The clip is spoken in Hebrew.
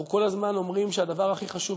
אנחנו כל הזמן אומרים שהדבר הכי חשוב,